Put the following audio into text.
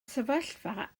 sefyllfa